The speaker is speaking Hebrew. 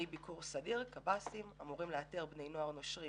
ביקור סדיר שאמורים לאתר בני נוער נושרים